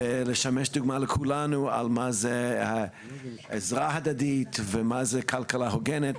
ולשמש דוגמא לכולנו על מה זה עזרה הדדית ומה זה כלכלה הוגנת,